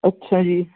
ਅੱਛਾ ਜੀ